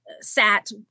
sat